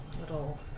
little